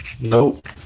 Nope